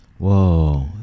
Whoa